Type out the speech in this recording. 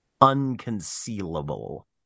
Unconcealable